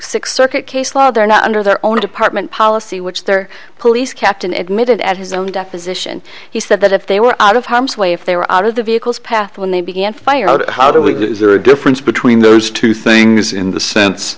six circuit case law they're not under their own department policy which their police captain admitted at his own definition he said that if they were out of harm's way if they were out of the vehicles path when they began fire out how do we do is there a difference between those two things in the sense